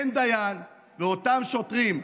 אין דיין, ואותם שוטרים,